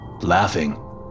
Laughing